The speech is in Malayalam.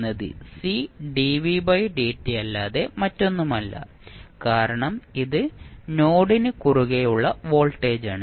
എന്നത് C അല്ലാതെ മറ്റൊന്നുമല്ല കാരണം ഇത് നോഡിന് കുറുകെയുള്ള വോൾട്ടേജാണ്